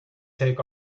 take